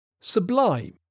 sublime